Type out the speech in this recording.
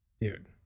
dude